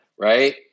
right